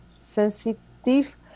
sensitive